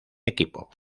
equipo